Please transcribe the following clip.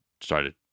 started